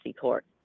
court